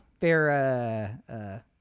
fair